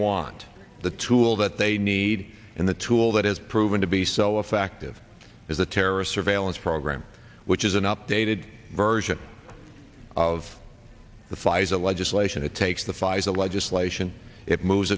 want the tool that they need and the tool that has proven to be so effective as the terrorist surveillance program which is an updated version of the pfizer legislation it takes the pfizer legislation it moves